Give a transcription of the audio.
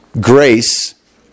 grace